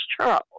Charles